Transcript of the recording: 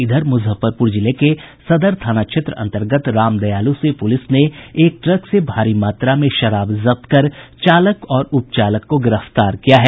इधर मुजफ्फरपुर जिले के सदर थाना क्षेत्र अन्तर्गत रामदयालू से पूलिस ने एक ट्रक से भारी मात्रा में शराब जब्त कर चालक और उपचालक को गिरफ्तार किया है